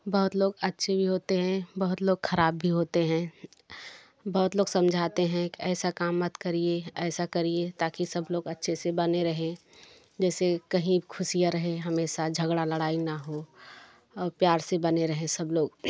बहुत लोग अच्छे भी होते हैं बहोत लोग खराब भी होते हैं बहुत लोग समझाते हैं ऐसा काम मत करिए ऐसा करिए ताकि सब लोग अच्छे से बने रहे जैसे कहीं खुशियाँ रहे हमेशा झगड़ा लड़ाई ना हो और प्यार से बने रहे सब लोग